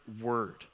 word